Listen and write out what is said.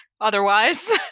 otherwise